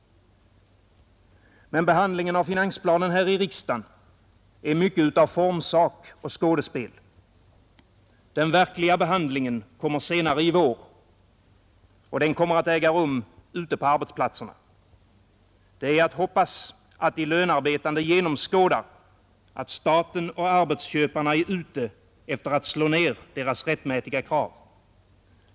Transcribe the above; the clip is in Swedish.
Men behandlingen av finansplanen här i riksdagen är mycket av formsak och skådespel. Den verkliga behandlingen kommer senare i vår. Den kommer att äga rum ute på arbetsplatserna. Det är att hoppas att de lönarbetande genomskådar att staten och arbetsköparna är ute efter att slå ner deras rättmätiga krav.